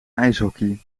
ijshockey